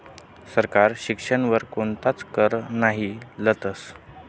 सरकार शिक्षण वर कोणताच कर नही लेतस